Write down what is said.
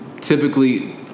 typically